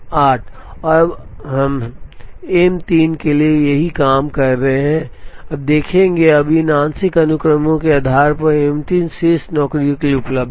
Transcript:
और हम एम 3 के लिए भी यही काम देखेंगे अब इन आंशिक अनुक्रमों के आधार पर एम 3 शेष नौकरियों के लिए उपलब्ध है